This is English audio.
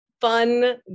fun